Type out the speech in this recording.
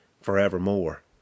forevermore